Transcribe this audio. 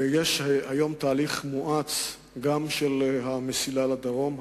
ויש היום תהליך מואץ גם במסילה לדרום,